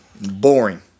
boring